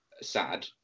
sad